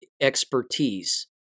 expertise